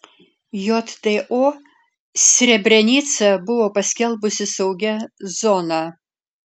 jto srebrenicą buvo paskelbusi saugia zona